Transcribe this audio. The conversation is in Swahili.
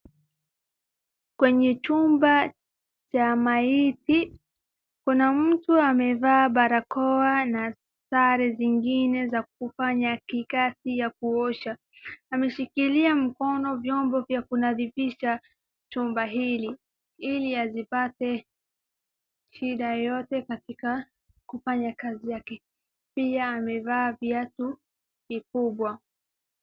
Kwenye chumba cha maiti kuna mtu amevaa barakoa na sare zingine za kufanya kikazi ya kuosha. Ameshikilia mkono vyombo vya kunavyingisha chumba hili, ili wazipate shida yeyote katika kufanya kazi yake pia amevaa viatu vikubwa.